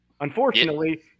Unfortunately